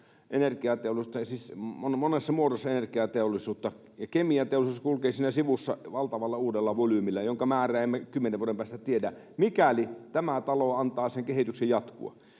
monessa muodossa energiateollisuutta. Kemianteollisuus kulkee siinä sivussa valtavalla uudella volyymilla, jonka määrää kymmenen vuoden päästä emme tiedä — mikäli tämä talo antaa sen kehityksen jatkua.